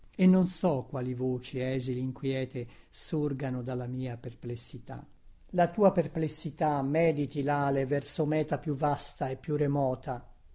e non so quali voci esili inquete sorgano dalla mia perplessità la tua perplessità mediti tale verso meta più vasta e più remota